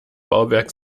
bauwerk